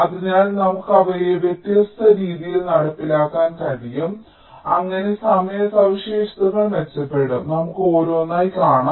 അതിനാൽ നമുക്ക് അവയെ വ്യത്യസ്ത രീതിയിൽ നടപ്പിലാക്കാൻ കഴിയും അങ്ങനെ സമയ സവിശേഷതകൾ മെച്ചപ്പെടും നമുക്ക് ഓരോന്നായി കാണാം